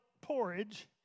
porridge